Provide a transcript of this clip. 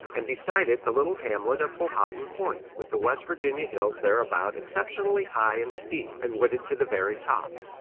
and beside it the little hamlet of powhattan point, with the west virginia hills thereabout exceptionally high and steep, and wooded to the very top.